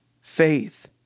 faith